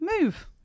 move